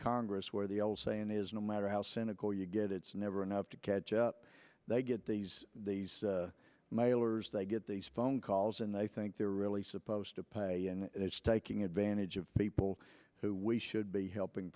congress where the old saying is no matter how cynical you get it's never enough to catch up they get these these mailers they get these phone calls and they think they're really supposed to pay and it's taking advantage of people who we should be helping